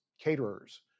caterers